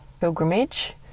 pilgrimage